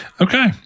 Okay